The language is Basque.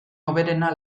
hoberena